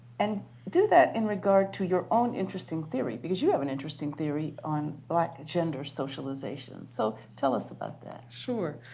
and do that in regard to your own interesting theory because you have an interesting theory on black gender socialization. so tell us about that. sure.